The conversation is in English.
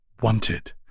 wanted